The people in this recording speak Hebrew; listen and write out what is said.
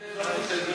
אזרחות.